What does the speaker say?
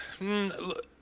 look